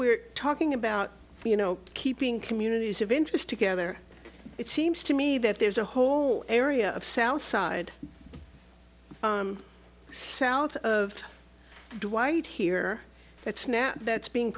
we're talking about you know keeping communities of interest together it seems to me that there's a whole area of south side south of dwight here that's now that's being